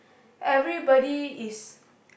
everybody is